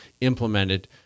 implemented